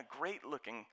great-looking